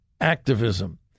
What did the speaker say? activism